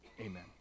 Amen